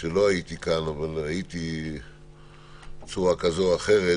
כשלא הייתי כאן אבל הייתי בזכות הטכנולוגיה.